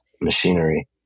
machinery